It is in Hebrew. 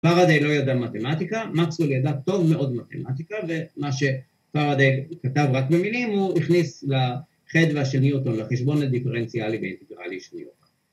‫פראדי לא ידע מתמטיקה, ‫מקסוול ידע טוב מאוד מתמטיקה, ‫ומה שפראדי כתב רק במילים ‫הוא הכניס לחדו״א שהביא אותו ‫לחשבון הדיפרנציאלי ‫והאינטגרלי שניות.